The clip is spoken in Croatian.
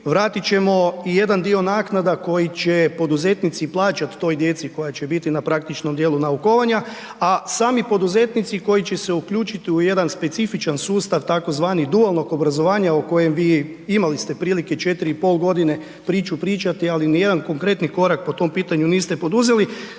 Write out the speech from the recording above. vratit ćemo i jedan dio naknada koji će poduzetnici plaćati toj djeci koja će biti na praktičnom djelu naukovanja a sami poduzetnici koji će se uključiti u jedan specifičan sustav tzv. dualnog obrazovanja o kojem vi imali ste prilike 4,5 g. priču pričati ali nijedan konkretni korak po tom pitanju niste poduzeli.